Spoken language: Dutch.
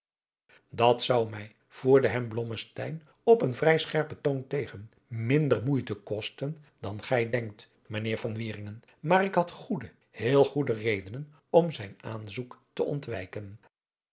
dat zou mij voerde hem blommesteyn op een vrij scherpen toon tegen minder moeite kosten dan gij denkt mijnheer van wieringen maar ik had goede heel goede redenen om zijn aanzoek te ontwijken